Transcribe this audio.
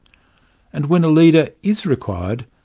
and when a leader is required,